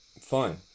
Fine